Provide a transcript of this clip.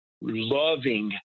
loving